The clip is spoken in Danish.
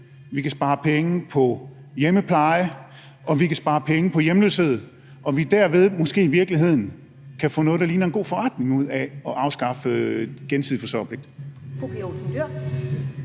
vi kan spare penge på hjemmepleje, at vi kan spare penge på hjemløshed, og at vi derved måske i virkeligheden kan få noget, der ligner en god forretning ud af at afskaffe gensidig forsørgerpligt?